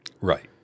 Right